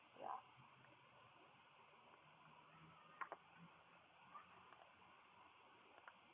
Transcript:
ya